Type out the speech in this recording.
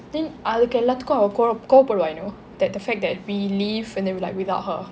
then that the fact that we leave and then we like without her